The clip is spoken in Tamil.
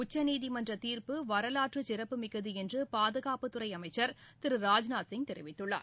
உச்சநீதிமன்றதீர்ப்பு வரலாற்றுசிறப்புமிக்கதுஎன்றுபாதுகாப்புத்துறைஅமைச்சர் திரு ராஜ்நாத் சிங் தெரிவித்துள்ளார்